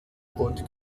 und